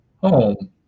home